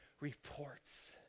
reports